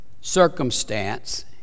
circumstance